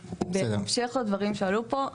בהמשך לדברים שעלו פה,